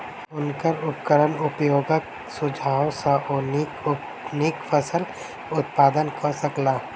हुनकर उपकरण उपयोगक सुझाव सॅ ओ नीक फसिल उत्पादन कय सकला